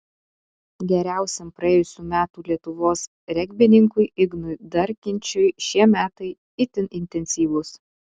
geriausiam praėjusių metų lietuvos regbininkui ignui darkinčiui šie metai itin intensyvūs